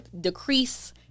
decrease